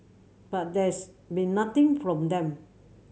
but there's been nothing from them